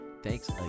thanks